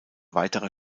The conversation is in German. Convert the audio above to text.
weiterer